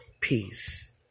peace